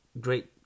great